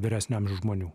vyresnio amžiaus žmonių